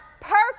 perfect